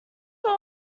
four